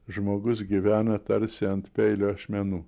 žmogus gyvena tarsi ant peilio ašmenų